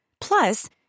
Plus